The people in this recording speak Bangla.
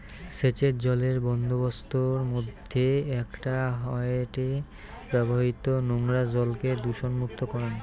সেচের জলের বন্দোবস্তর মইধ্যে একটা হয়ঠে ব্যবহৃত নোংরা জলকে দূষণমুক্ত করাং